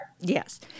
Yes